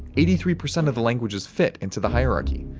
eighty-three percent of the languages fit into the hierarchy.